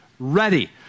ready